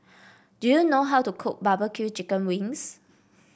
do you know how to cook barbecue Chicken Wings